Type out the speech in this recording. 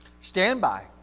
standby